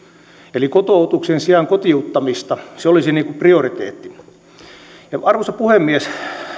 eli kotoutuksen sijaan kotiuttamista se olisi prioriteetti arvoisa puhemies